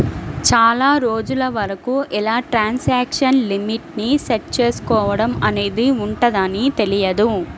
చాలా రోజుల వరకు ఇలా ట్రాన్సాక్షన్ లిమిట్ ని సెట్ చేసుకోడం అనేది ఉంటదని తెలియదు